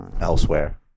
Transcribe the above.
elsewhere